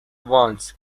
wants